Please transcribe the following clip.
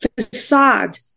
facade